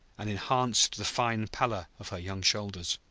and enhanced the fine pallor of her young shoulders.